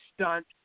stunt